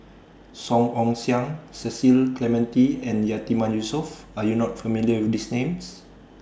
Song Ong Siang Cecil Clementi and Yatiman Yusof Are YOU not familiar with These Names